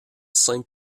cinq